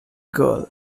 girl